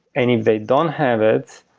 and if they don't have it,